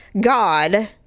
God